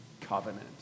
covenant